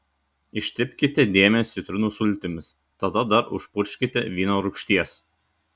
ištepkite dėmę citrinų sultimis tada dar užpurkškite vyno rūgšties